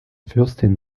fürstin